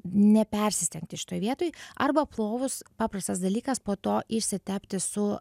nepersistengti šitoj vietoj arba plovus paprastas dalykas po to išsitepti su